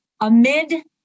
Amid